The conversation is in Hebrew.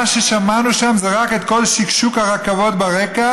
מה ששמענו שם זה רק את קול שקשוק הרכבות ברקע,